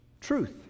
truth